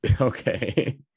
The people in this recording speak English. Okay